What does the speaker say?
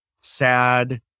sad